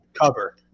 cover